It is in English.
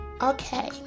okay